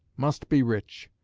must be rich,